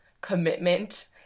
commitment